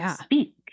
speak